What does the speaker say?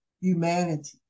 humanity